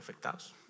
afectados